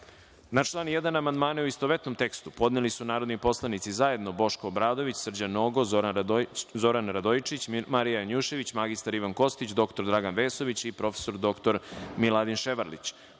član 1. amandmane, u istovetnom tekstu, podneli su narodni poslanici zajedno Boško Obradović, Srđan Nogo, Zoran Radojičić, Marija Janjušević, mr Ivan Kostić, dr Dragan Vesović i prof. dr Miladin Ševarlić,